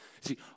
See